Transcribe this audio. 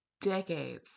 Decades